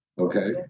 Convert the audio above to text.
Okay